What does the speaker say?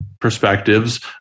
perspectives